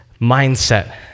mindset